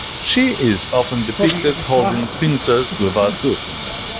she is often depicted holding pincers with a tooth in them.